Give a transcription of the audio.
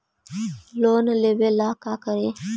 Loan लेबे ला का करि?